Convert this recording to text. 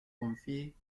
confiée